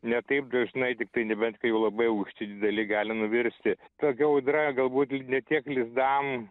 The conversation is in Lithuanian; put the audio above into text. ne taip dažnai tiktai nebent kai jau labai aukšti dideli gali nuvirsti tokia audra galbūt ne tiek lizdam